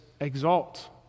exalt